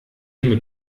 mit